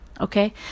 okay